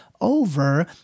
over